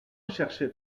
chercher